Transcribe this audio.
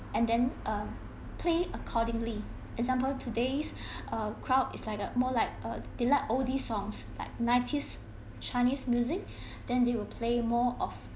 and then um play accordingly example today's uh crowd is like a more like uh they like oldie songs like nineties chinese music then they will play more of